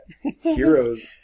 heroes